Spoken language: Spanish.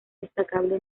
destacable